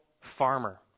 farmer